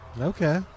Okay